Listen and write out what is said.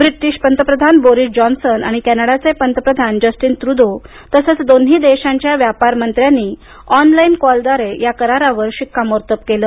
British पंतप्रधान Boris Johnson आणि कॅनडाचे पंतप्रधान जस्टीन त्रुदो तसंच दोन्ही देशांच्या व्यापार मंत्र्यांनी ऑनलाईन कॉलद्वारे या करारावर शिक्कामोर्तब केलं